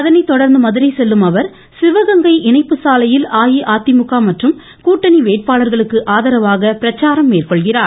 அதனைத்தொடர்ந்து மதுரை செல்லும் அவர் சிவகங்கை இணைப்பு சாலையில் அஇஅதிமுக மற்றும் கூட்டணி வேட்பாளர்களுக்கு ஆதரவாக பிரச்சாரம் மேற்கொள்கிறார்